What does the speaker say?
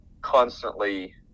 constantly